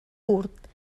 curt